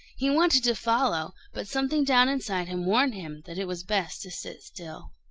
he wanted to follow, but something down inside him warned him that it was best to sit still.